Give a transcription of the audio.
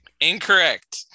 Incorrect